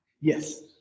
Yes